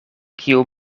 kiu